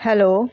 hello